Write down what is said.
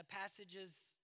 passages